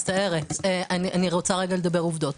אני מצטערת, אני רוצה רגע לדבר עובדות.